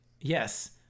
yes